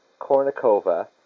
Kornikova